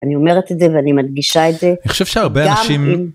אני אומרת את זה ואני מדגישה את זה. אני חושב שהרבה אנשים... גם אם